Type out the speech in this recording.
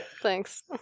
Thanks